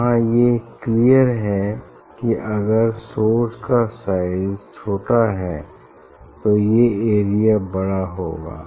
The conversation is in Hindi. यहाँ ये क्लियर है कि अगर सोर्स का साइज छोटा है तो ये एरिया बड़ा होगा